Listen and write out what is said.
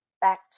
back